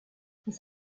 los